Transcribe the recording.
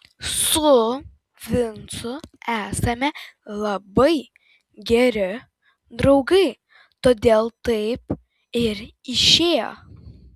su vincu esame labai geri draugai todėl taip ir išėjo